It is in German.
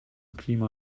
klima